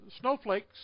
Snowflakes